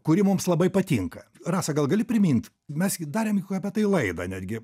kuri mums labai patinka rasa gal gali primint mes darėm apie tai laidą netgi